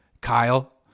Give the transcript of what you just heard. Kyle